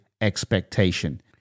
expectation